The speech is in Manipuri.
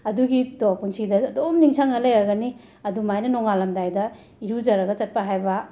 ꯑꯗꯨꯒꯤꯗꯣ ꯄꯨꯟꯁꯤꯗ ꯑꯗꯨꯝ ꯅꯤꯡꯁꯤꯡꯉꯒ ꯂꯩꯔꯒꯅꯤ ꯑꯗꯨꯃꯥꯏꯅ ꯅꯣꯡꯉꯥꯜꯂꯝꯗꯥꯏꯗ ꯏꯔꯨꯖꯔꯒ ꯆꯠꯄ ꯍꯥꯏꯕ